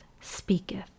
speaketh